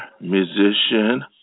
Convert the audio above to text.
musician